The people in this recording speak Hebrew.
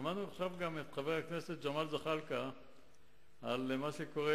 שמענו עכשיו גם מחבר הכנסת ג'מאל זחאלקה על מה שקורה